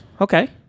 Okay